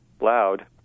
loud